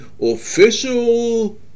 Official